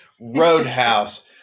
Roadhouse